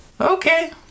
okay